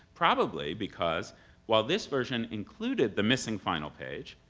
probably because while this version included the missing final page,